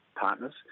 partners